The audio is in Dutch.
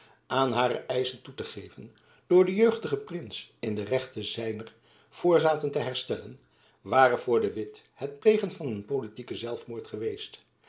aan hare eischen toe te geven door den jeugdigen prins in de rechten zijner voorzaten te herstellen ware voor de witt het plegen van een politieken zelfmoord geweest